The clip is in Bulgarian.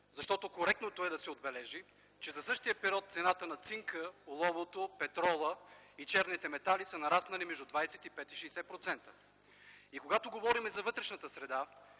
Защото коректното е да се отбележи, че за същия период цената на цинка, оловото, петрола и черните метали са нараснали между 25 и 60%. Когато говорим за вътрешната среда,